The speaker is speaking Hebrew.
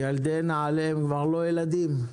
ילדי נעל"ה הם כבר לא ילדים.